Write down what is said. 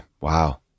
Wow